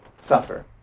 suffer